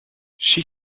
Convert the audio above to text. she